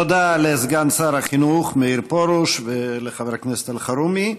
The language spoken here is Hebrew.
תודה לסגן שר החינוך מאיר פרוש ולחבר הכנסת אלחרומי.